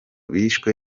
bishwe